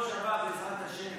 היושב-ראש הבא, בעזרת השם.